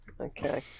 Okay